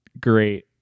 great